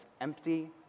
empty